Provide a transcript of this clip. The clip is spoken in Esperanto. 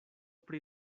pri